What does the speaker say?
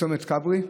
צומת כברי,